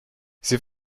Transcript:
sie